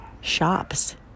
shops